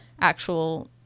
actual